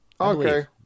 okay